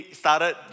started